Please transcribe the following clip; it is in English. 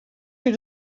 you